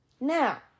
Now